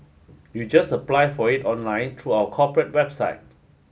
you just apply for it online true our corporate website